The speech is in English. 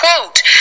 quote